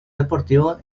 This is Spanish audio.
deportivo